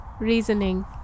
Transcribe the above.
reasoning